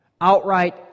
Outright